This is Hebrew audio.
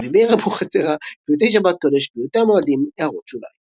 רבי מאיר אבוחצירא פיוטי שבת קודש פיוטי המועדים == הערות שוליים ==